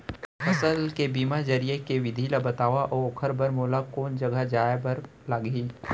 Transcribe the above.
फसल के बीमा जरिए के विधि ला बतावव अऊ ओखर बर मोला कोन जगह जाए बर लागही?